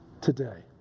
today